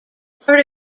part